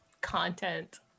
Content